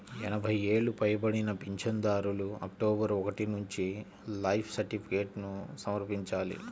ఎనభై ఏళ్లు పైబడిన పింఛనుదారులు అక్టోబరు ఒకటి నుంచి లైఫ్ సర్టిఫికేట్ను సమర్పించాలి